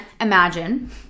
imagine